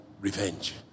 Revenge